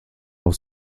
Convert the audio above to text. auf